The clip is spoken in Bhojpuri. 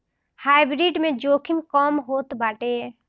हाइब्रिड में जोखिम कम होत बाटे